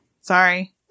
sorry